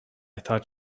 thought